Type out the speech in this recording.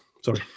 sorry